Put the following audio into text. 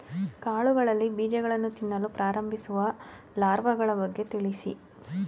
ಕಾಳುಗಳಲ್ಲಿ ಬೀಜಗಳನ್ನು ತಿನ್ನಲು ಪ್ರಾರಂಭಿಸುವ ಲಾರ್ವಗಳ ಬಗ್ಗೆ ತಿಳಿಸಿ?